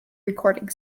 recording